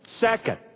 Second